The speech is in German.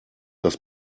das